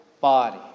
body